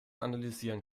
analysieren